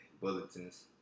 bulletins